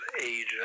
age